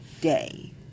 day